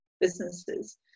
businesses